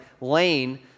lane